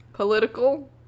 Political